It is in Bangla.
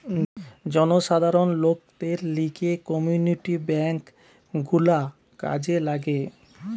জনসাধারণ লোকদের লিগে কমিউনিটি বেঙ্ক গুলা কাজে লাগে